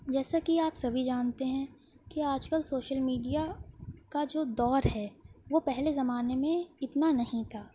جیسا کہ آپ سبھی جانتے ہیں کہ آج کل سوشل میڈیا کا جو دور ہے وہ پہلے زمانے میں اتنا نہیں تھا